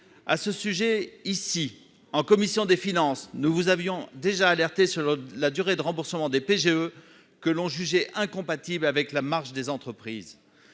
à ce sujet, ici en commission des finances, nous vous avions déjà alerté sur la durée de remboursement des PGE que l'on jugeait incompatible avec la marche des entreprises,